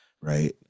right